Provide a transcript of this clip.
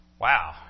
wow